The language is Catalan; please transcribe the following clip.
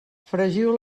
fregiu